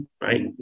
right